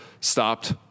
stopped